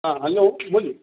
ہاں ہیلو بولیے